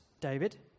David